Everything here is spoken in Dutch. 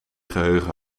geheugen